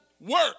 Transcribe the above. work